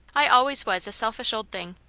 i always was a selfish old thing.